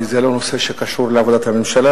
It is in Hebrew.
כי זה לא נושא שקשור לעבודת הממשלה,